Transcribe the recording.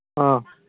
ꯑꯥ